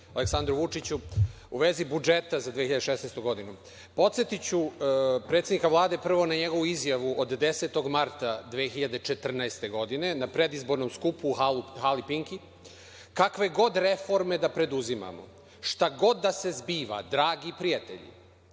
Aleksandru Vučiću u vezi budžeta za 2016. godinu. Podsetiću predsednika Vlade prvo na njegovu izjavu od 10. marta 2014. godine na predizbornom skupu u hali „Pinki“ – „Kakve god reforme da preduzimamo, šta god da se zbiva dragi prijatelji,